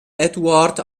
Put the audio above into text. eduard